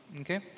okay